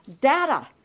data